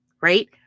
right